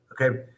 Okay